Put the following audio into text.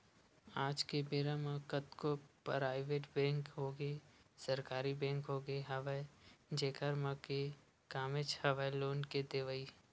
आज के बेरा म कतको पराइवेट बेंक होगे सरकारी बेंक होगे हवय जेखर मन के कामेच हवय लोन के देवई